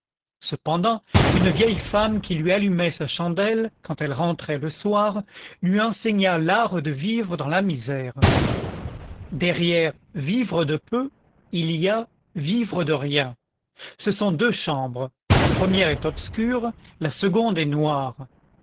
cependant une vieille femme qui lui allumait sa chandelle quand elle rentrait le soir lui enseigna l'art de vivre dans la misère derrière vivre de peu il y a vivre de rien ce sont deux chambres la première est obscure la seconde est noire